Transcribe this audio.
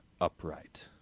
upright